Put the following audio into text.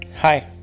Hi